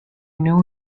knew